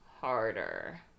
harder